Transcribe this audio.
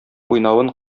уйнавын